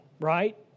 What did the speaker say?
right